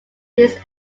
these